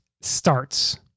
starts